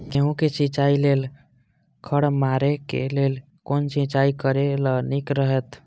गेहूँ के सिंचाई लेल खर मारे के लेल कोन सिंचाई करे ल नीक रहैत?